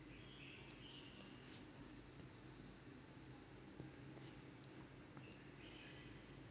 okay